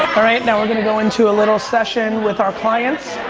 alright, now we're gonna go into a little session with our clients.